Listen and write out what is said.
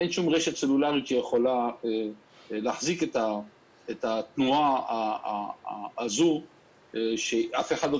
אין שום רשת סלולרית שיכולה להחזיק את התנועה הזאת שאף אחד לא